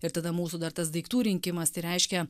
ir tada mūsų dar tas daiktų rinkimas tai reiškia